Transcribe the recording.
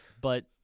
But-